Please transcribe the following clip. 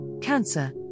cancer